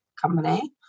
company